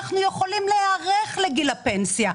אנחנו יכולים להיערך לגיל הפנסיה.